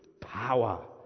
power